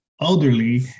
elderly